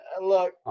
Look